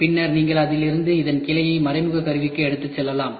பின்னர் நீங்கள் இதிலிருந்து இதன் கிளையை மறைமுக கருவிக்கு எடுத்துச் செல்லலாம்